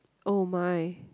oh my